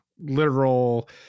literal